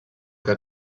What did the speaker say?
que